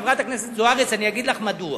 חברת הכנסת זוארץ, אני אגיד לך מדוע.